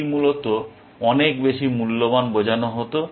এটি মূলত অনেক বেশি মূল্যবান বোঝানো হত